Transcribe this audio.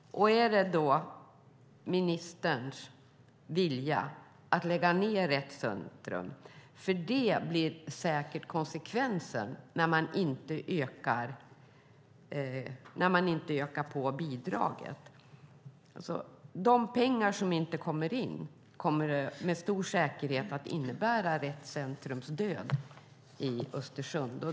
Är det ministerns vilja att lägga ned Rett Center? Det blir säkert konsekvensen om man inte ökar bidraget. De pengar som inte kommer in kommer med stor säkerhet att innebära Rett Centers död i Östersund.